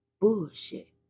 bullshit